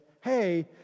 hey